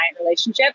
relationship